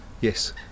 Yes